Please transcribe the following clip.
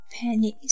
Pennies